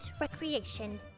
Recreation